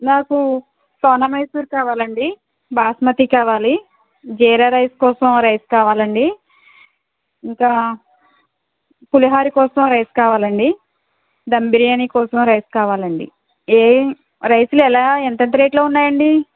నాకు సోనా మసూరి కావాలండి బాస్మతి కావాలి జీరా రైస్ కోసం ఆ రైస్ కావాలండి ఇంకా పులిహోర కోసం రైస్ కావాలండి దమ్ బిర్యానీ కోసం రైస్ కావాలండి ఏ ఏ రైస్లు ఎలా ఎంతెంత రేట్లలో ఉన్నాయండి